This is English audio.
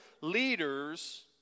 leaders